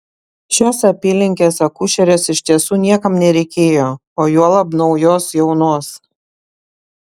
šios apylinkės akušerės iš tiesų niekam nereikėjo o juolab naujos jaunos